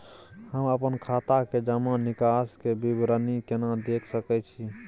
हम अपन खाता के जमा निकास के विवरणी केना देख सकै छी?